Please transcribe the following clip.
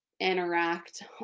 interact